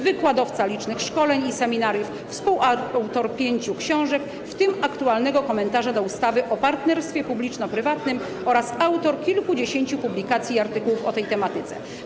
Wykładowca licznych szkoleń i seminariów, współautor pięciu książek, w tym aktualnego komentarza do ustawy o partnerstwie publiczno-prywatnym, oraz autor kilkudziesięciu publikacji i artykułów o tej tematyce.